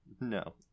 No